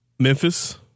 Memphis